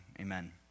amen